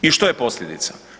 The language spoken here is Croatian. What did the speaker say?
I što je posljedica?